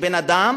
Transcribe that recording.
שאדם